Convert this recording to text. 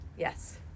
Yes